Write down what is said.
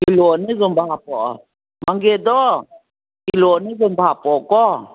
kilo ꯑꯅꯤꯒꯨꯝꯕ ꯍꯥꯄꯛꯑꯣ ꯃꯪꯒꯦꯗꯣ ꯀꯤꯂꯣ ꯑꯅꯤꯒꯨꯝꯕ ꯍꯥꯄꯛꯑꯣꯀꯣ